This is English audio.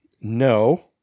no